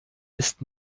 ist